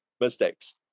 mistakes